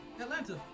Atlanta